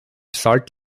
salt